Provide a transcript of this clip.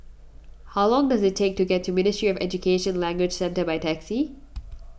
how long does it take to get to Ministry of Education Language Centre by taxi